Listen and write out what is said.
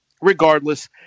regardless